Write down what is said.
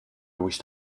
wished